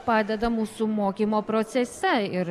padeda mūsų mokymo procese ir